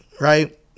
right